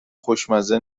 خوشمزه